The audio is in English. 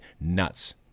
Nuts